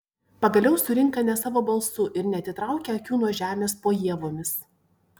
pagaliau surinka ne savo balsu ir neatitraukia akių nuo žemės po ievomis